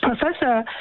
professor